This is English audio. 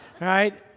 right